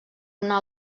una